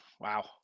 Wow